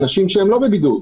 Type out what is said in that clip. אנשים שהם לא בבידוד,